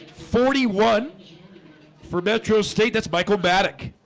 forty one for metro state that's my climatic